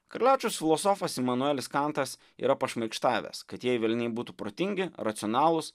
karaliaučiaus filosofas imanuelis kantas yra pašmaikštavęs kad jei velniai būtų protingi racionalūs